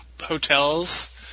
hotels